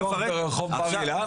אתה מכיר שטח פתוח ברחוב בר אילן,